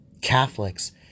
Catholics